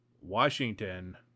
Washington